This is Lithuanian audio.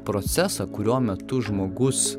procesą kurio metu žmogus